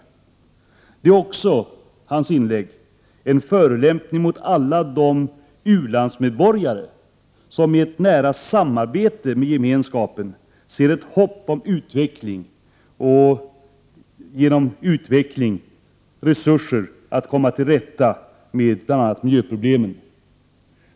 Paul Lestanders inlägg är också en förolämpning mot alla de u-landsmedborgare som i nära samarbete med Gemenskapen ser ett hopp om utveckling och därigenom om resurser att komma till rätta med bl.a. miljöproblemen.